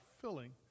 filling